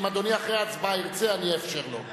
אם אדוני אחרי ההצבעה ירצה, אני אאפשר לו.